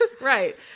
Right